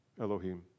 Elohim